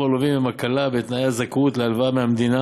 הלווים הם הקלה בתנאי הזכאות להלוואה מהמדינה